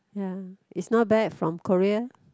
ya is not bad from Korea